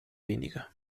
wenige